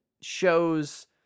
shows